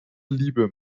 liebe